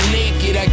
naked